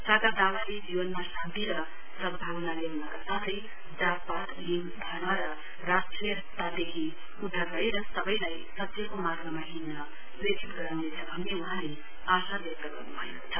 सागा दावाले जीवनमा शान्ति र सदभावना ल्याउनका साथै जातपात लिङ धर्मर राष्ट्रियतादेखि उता गएर सबैलाई सत्यको मार्गमा हिङ्न प्रेरित गराउनेछ भन्ने वहाँले आशा व्यक्त गर्नु भएको छ